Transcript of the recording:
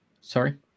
Sorry